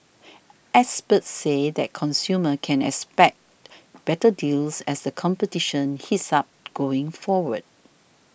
experts said that consumers can expect better deals as the competition heats up going forward